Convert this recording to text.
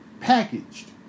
packaged